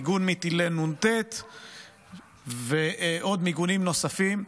מיגון מטילי נ"ט ועוד מיגונים נוספים,